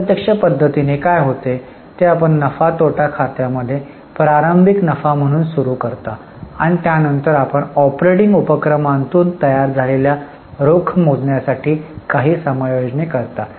अप्रत्यक्ष पध्दतीने काय होते ते आपण नफा तोटा खात्यातून प्रारंभिक नफा म्हणून सुरू करता आणि त्यानंतर आपण ऑपरेटिंग उपक्रमातून तयार झालेल्या रोख मोजण्यासाठी काही समायोजने करता